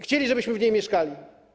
Chcieli, żebyśmy w niej mieszkali.